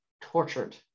tortured